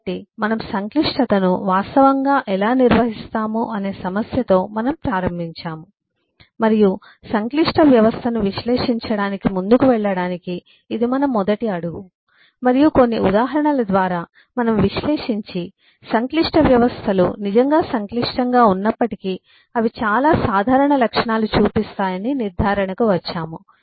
కాబట్టి మనము సంక్లిష్టతను వాస్తవంగా ఎలా నిర్వహిస్తాము అనే సమస్యతో మనము ప్రారంభించాము మరియు సంక్లిష్ట వ్యవస్థను విశ్లేషించడానికి ముందుకు వెళ్ళడానికి ఇది మన మొదటి అడుగు మరియు కొన్ని ఉదాహరణల ద్వారా మనము విశ్లేషించి సంక్లిష్ట వ్యవస్థలు నిజంగా సంక్లిష్టంగా ఉన్నప్పటికీ అవి చాలా సాధారణ లక్షణాలు చూపిస్తాయని నిర్ధారణకు వచ్చాము